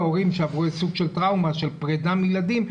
הורים שעברו סוג של טראומה של פרידה מילדים,